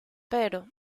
pero